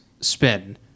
spin